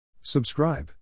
Subscribe